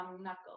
knuckle